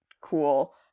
cool